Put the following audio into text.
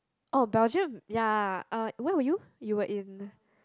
oh Belgium ya uh where were you you were in